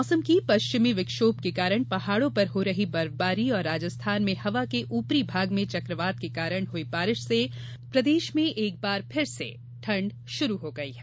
मौसम पश्चिमी विक्षोभ के कारण पहाड़ों पर हो रही बर्फबारी और राजस्थान में हवा के ऊपरी भाग में चक्रवात के कारण हुई बारिश से प्रदेश एक बार फिर से ठंड शुरू हो गई है